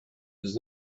has